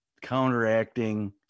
counteracting